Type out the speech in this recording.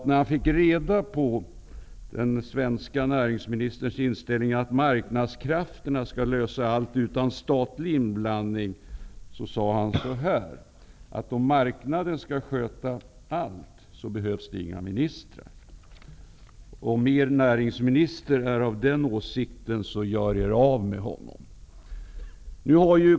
När han fick reda på den svenske näringsministerns inställning att marknadskrafterna skall lösa allt utan statlig inblandning, sade han: Om marknaden skall sköta allt, behövs den inga ministrar. Om er näringsminister är av den åsikten, så gör er av med honom.